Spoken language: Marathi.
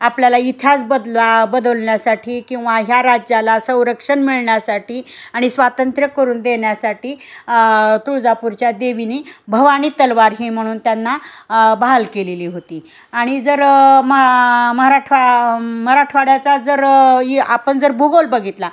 आपल्याला इतिहास बदल व बदलण्यासाठी किंवा ह्या राज्याला संरक्षण मिळण्यासाठी आणि स्वातंत्र्य करून देण्यासाठी तुळजापूरच्या देवीनी भवानी तलवार हे म्हणून त्यांना बहाल केलेली होती आणि जर मा मराठवा मराठवाड्याचा जर आपण जर भूगोल बघितला